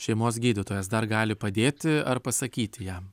šeimos gydytojas dar gali padėti ar pasakyti jam